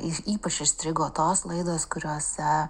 ir ypač įstrigo tos laidos kuriose